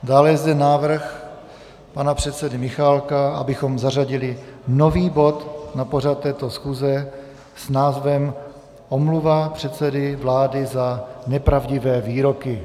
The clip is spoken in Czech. Dále je zde návrh pana předsedy Michálka, abychom zařadili nový bod na pořad této schůze s názvem Omluva předsedy vlády za nepravdivé výroky.